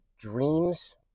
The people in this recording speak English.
dreams